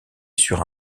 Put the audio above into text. sur